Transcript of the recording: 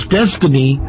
destiny